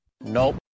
Nope